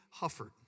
Hufford